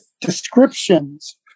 descriptions